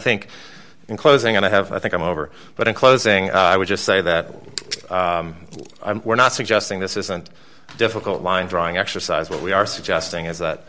think in closing and i have i think i'm over but in closing i would just say that we're not suggesting this isn't difficult line drawing exercise what we are suggesting is that